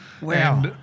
Wow